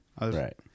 Right